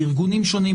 בארגונים שונים?